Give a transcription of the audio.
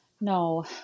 No